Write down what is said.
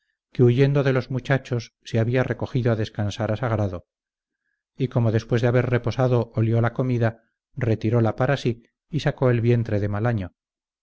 que huyendo de los muchachos se había recogido a descansar a sagrado y como después de haber reposado olió la comida retirola para sí y sacó el vientre de mal año